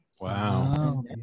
wow